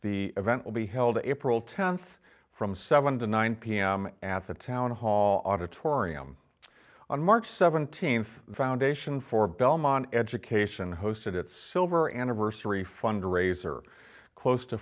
the event will be held april tenth from seven to nine pm at the town hall auditorium on march seventeenth the foundation for belmont education hosted its silver anniversary fundraiser close to